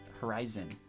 Horizon